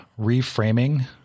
reframing